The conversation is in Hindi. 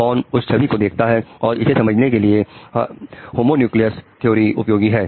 कौन उस छवि को देखता है और इसे समझने के लिए होमोन्यूक्लियर सिद्धांत उपयोगी है